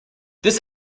this